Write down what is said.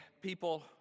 people